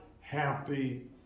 happy